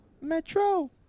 Metro